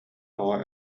оҕо